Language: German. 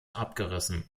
abgerissen